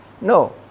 No